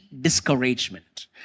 discouragement